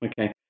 Okay